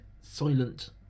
silent